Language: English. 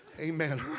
Amen